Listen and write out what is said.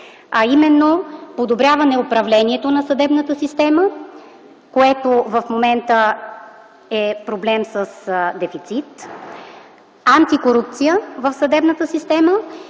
а именно: подобряване управлението на съдебната система, което в момента е проблем с дефицит; антикорупция в съдебната система;